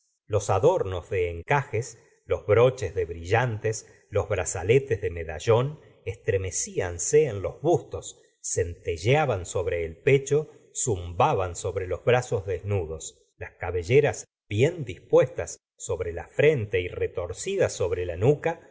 los adornos de encajes los broches de brillantes los brazaletes de medallón estremeciame en los bustos centellaban sobre el pecho zumbaban sobre los brazos desnudos las cabelleras bien dispuestas sobre la frente y retorcidas sobre la nuca